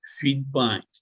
feedback